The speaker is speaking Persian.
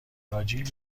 آجیل